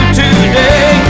today